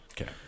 Okay